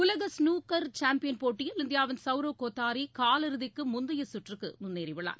உலக snooker champion போட்டியில் இந்தியாவின் சவுரவ் கோதாரி காலிறுதிக்கு முந்தைய சுற்றுக்கு முன்னேறி உள்ளார்